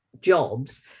jobs